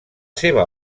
seva